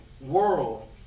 world